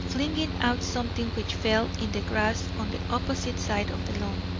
flinging out something which fell in the grass on the opposite side of the lawn.